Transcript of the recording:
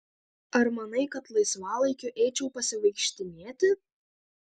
ar manai kad laisvalaikiu eičiau pasivaikštinėti